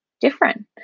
different